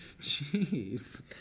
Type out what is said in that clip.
Jeez